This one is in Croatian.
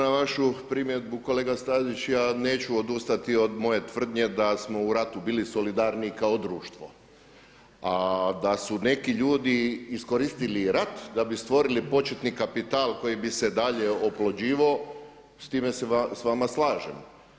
Bez obzira na vašu primjedbu kolega Stazić ja neću odustati od moje tvrdnje da smo u ratu bili solidarniji kao društvo a da su neki ljudi iskoristili i rat da bi stvorili početni kapital koji bi se dalje oplođivao, s time se s vama slažem.